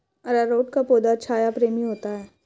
अरारोट का पौधा छाया प्रेमी होता है